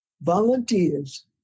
volunteers